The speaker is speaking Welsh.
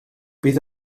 bydd